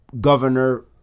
Governor